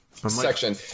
section